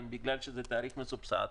תהיה יותר זולה בגלל שזה תעריף מסובסד,